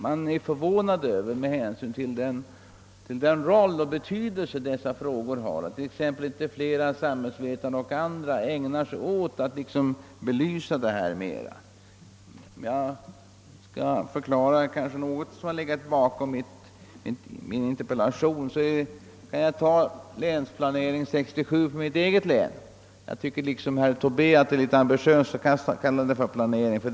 Med tanke på dessa frågors betydelse förvånar man sig över att exempelvis inte flera samhällsvetare ägnar sig åt att belysa problemen mera ingående. Jag skall försöka förklara något av det som har legat bakom min interpellation och tar då som exempel det som angår mitt eget län när det gäller Länsplanering 67. Liksom herr Tobé tycker jag inte att man skall kalla den för en samhällsplanering.